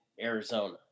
Arizona